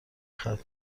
ختنه